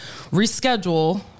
reschedule